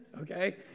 Okay